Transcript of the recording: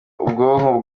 ubwonko